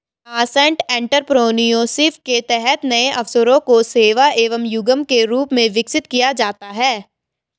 nascent entrepreneurship के तहत नए अवसरों को सेवा एवं उद्यम के रूप में विकसित किया जाता है